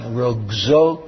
rogzo